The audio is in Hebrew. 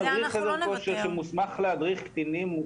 מדריך חדר כושר שמוסמך להדריך קטינים,